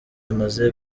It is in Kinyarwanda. amaze